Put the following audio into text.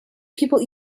people